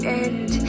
end